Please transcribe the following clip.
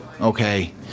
Okay